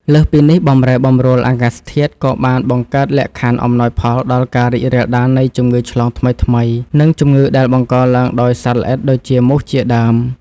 លើសពីនេះ បម្រែបម្រួលអាកាសធាតុក៏បានបង្កើតលក្ខខណ្ឌអំណោយផលដល់ការរីករាលដាលនៃជំងឺឆ្លងថ្មីៗ និងជំងឺដែលបង្កឡើងដោយសត្វល្អិតដូចជាមូសជាដើម។